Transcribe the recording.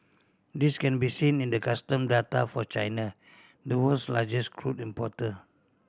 this can be seen in the custom data for China the world's largest crude importer